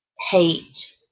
hate